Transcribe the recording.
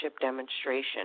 demonstration